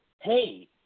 hey